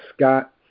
Scott